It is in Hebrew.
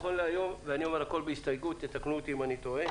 להיום, והכל בהסתייגות, תקנו אותי אם אני טועה